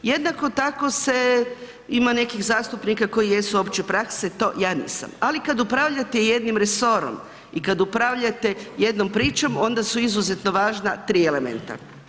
Jednako tako ima nekih zastupnika koji jesu opće prakse, to ja nisam ali kad upravljate jednim resorom i kad upravljate jednom pričom onda su izuzetno važna tri elementa.